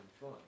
fun